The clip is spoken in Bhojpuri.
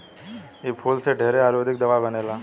इ फूल से ढेरे आयुर्वेदिक दावा बनेला